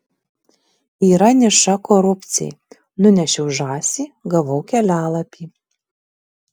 yra niša korupcijai nunešiau žąsį gavau kelialapį